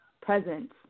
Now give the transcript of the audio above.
presence